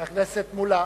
חבר הכנסת מולה,